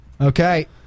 Okay